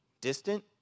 distant